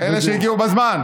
אלה שהגיעו בזמן.